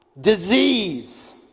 disease